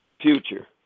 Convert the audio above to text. future